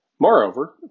Moreover